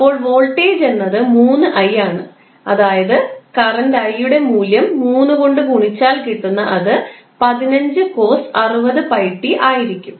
അപ്പോൾ വോൾട്ടേജ്എന്നത് 3i ആണ് അതായത് കറൻറ് i ടെ മൂല്യം 3 കൊണ്ട് ഗുണിച്ചാൽ കിട്ടുന്ന അത് 15 cos 60𝜋𝑡 ആയിരിക്കും